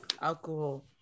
alcohol